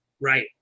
right